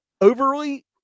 overly